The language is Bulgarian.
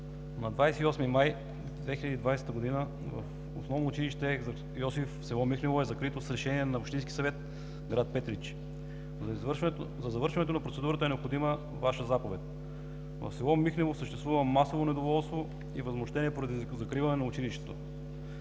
На 28 май 2020 г. Основно училище „Екзарх Йосиф“ в село Михнево е закрито с Решение на Общински съвет – град Петрич. За завършването на процедурата е необходима Ваша заповед. В село Михнево съществува масово недоволство и възмущение поради закриване на училището.